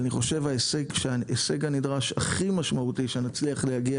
אבל אני חושב שההישג הנדרש הכי משמעותי שנצליח להגיע